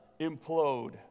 implode